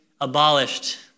abolished